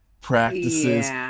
practices